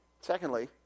Secondly